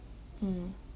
mm